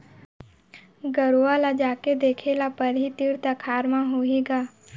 गरूवा ल जाके खोजे ल परही, तीर तखार म होही ग